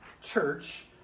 church